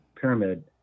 pyramid